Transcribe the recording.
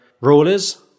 rulers